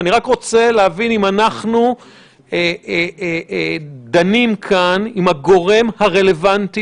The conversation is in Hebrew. אני רק רוצה להבין אם אנחנו דנים כאן עם הגורם הרלוונטי